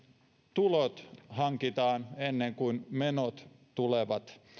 tulot hankitaan ennen kuin menot tulevat